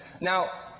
Now